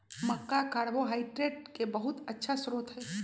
मक्का carbohydrate के बहुत अच्छा स्रोत हई